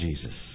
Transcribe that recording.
Jesus